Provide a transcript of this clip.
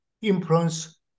influence